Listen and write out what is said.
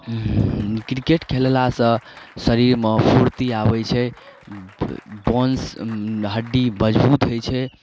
cricket खेललासँ शरीरमे फुर्ती आबै छै बोन्स हड्डी मजबुत होइ छै